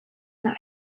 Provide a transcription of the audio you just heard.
that